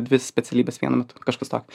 dvi specialybes vienu metu kažkas tokio